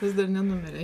vis dar nenumirė